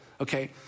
Okay